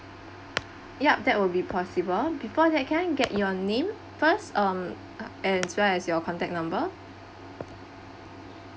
yup that will be possible before that can I get your name first um uh as well as your contact number